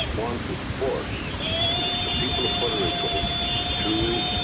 want to force the people of puerto rico to